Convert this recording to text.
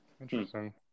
Interesting